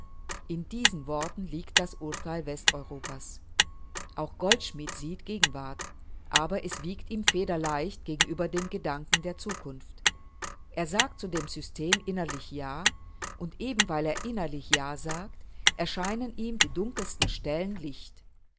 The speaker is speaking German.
in diesen worten liegt das urteil westeuropas auch goldschmidt sieht gegenwart aber es wiegt ihm federleicht gegenüber dem gedanken der zukunft er sagt zu dem system innerlich ja und eben weil er innerlich ja sagt erscheinen ihm die dunkelsten stellen licht